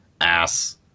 ass